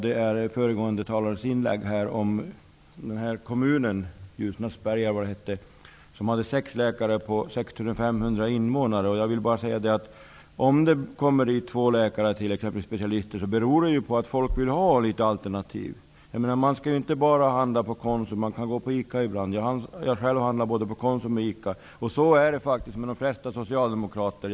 Det gäller föregående talares inlägg om kommunen invånare. Jag vill bara säga att om det kommer dit två läkare som t.ex. är specialister, beror det på att folk vill ha litet alternativ. Man skall ju inte bara handla på Konsum. Man kan gå på ICA ibland. Själv handlar jag både på Konsum och ICA. Så är det faktiskt med de flesta socialdemokrater.